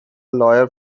lawyer